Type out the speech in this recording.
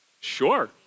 Sure